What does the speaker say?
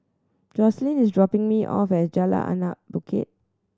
Joseline is dropping me off at Jalan Anak Bukit